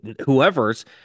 whoever's